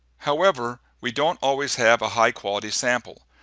however, we don't always have a high quality sample.